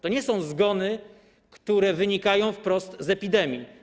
To nie są zgony, które wynikają wprost z epidemii.